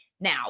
Now